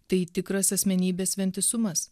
tai tikras asmenybės vientisumas